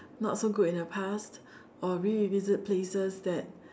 not so good in the past or revisit places that